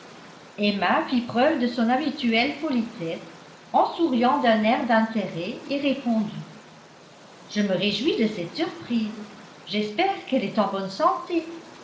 emma fit preuve de son habituelle politesse en souriant d'un air d'intérêt et répondit je me réjouis de cette surprise j'espère qu'elle est en bonne santé